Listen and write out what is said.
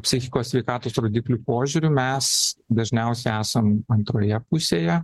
psichikos sveikatos rodiklių požiūriu mes dažniausiai esam antroje pusėje